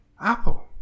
Apple